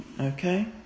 Okay